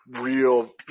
real